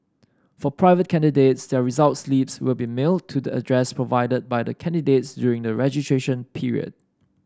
for private candidates their result slips will be mailed to the address provided by the candidates during the registration period